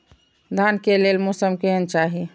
धान के लेल मौसम केहन चाहि?